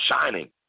shining